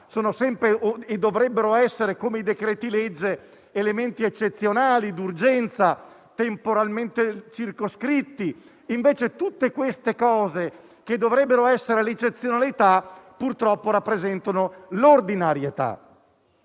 e dovrebbero essere, come i decreti-legge, elementi eccezionali d'urgenza temporalmente circoscritti; invece, tutte queste cose che dovrebbero essere l'eccezionalità, purtroppo rappresentano l'ordinarietà.